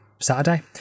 Saturday